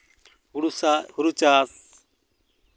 ᱦᱳᱲᱳ ᱥᱟᱵ ᱦᱳᱲᱳ ᱪᱟᱥ